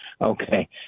okay